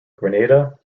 granada